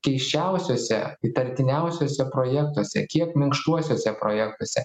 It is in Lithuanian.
keisčiausiuose įtartiniausiuose projektuose kiek minkštuosiuose projektuose